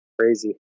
crazy